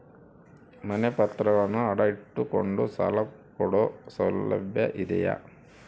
ಮನೆ ಪತ್ರಗಳನ್ನು ಅಡ ಇಟ್ಟು ಕೊಂಡು ಸಾಲ ಕೊಡೋ ಸೌಲಭ್ಯ ಇದಿಯಾ?